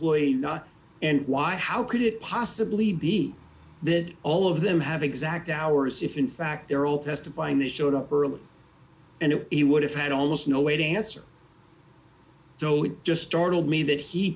employee and why how could it possibly be that all of them have exact hours if in fact they're all testifying that showed up early and it would have had almost no way to answer don't just startled me that he